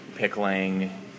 Pickling